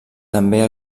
també